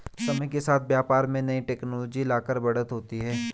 समय के साथ व्यापार में नई टेक्नोलॉजी लाकर बढ़त होती है